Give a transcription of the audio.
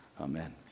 amen